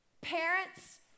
Parents